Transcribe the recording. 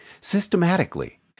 systematically